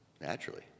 naturally